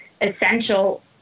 essential